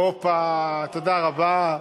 הופה, תודה רבה.